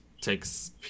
takes